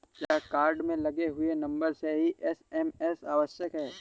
क्या कार्ड में लगे हुए नंबर से ही एस.एम.एस आवश्यक है?